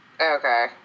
Okay